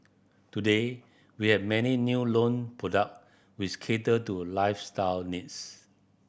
today we have many new loan product which cater to a lifestyle needs